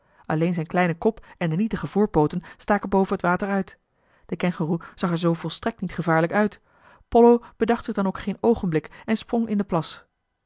alleen zijn kleine kop en de nietige voorpooten staken boven het water uit de kengoeroe zag er zoo volstrekt niet gevaarlijk uit pollo bedacht zich dan ook geen oogenblik en sprong in den plas